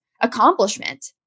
accomplishment